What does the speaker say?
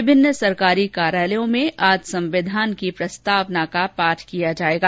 विभिन्न सरकारी कार्यालयों में आज संविधान की प्रस्तावना का पाठ किया जाएगा